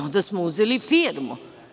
Onda smo uzeli firmu.